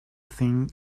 thing